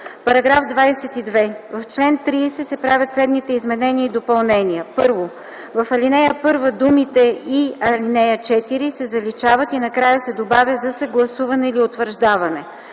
„§ 22. В чл. 30 се правят следните изменения и допълнения: 1. В ал. 1 думите „и ал. 4” се заличават и накрая се добавя „за съгласуване или утвърждаване”.